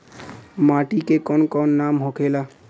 माटी के कौन कौन नाम होखेला?